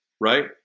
right